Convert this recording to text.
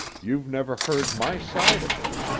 you've never heard my side of it.